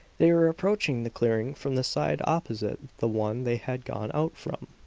they were approaching the clearing from the side opposite the one they had gone out from!